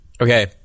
Okay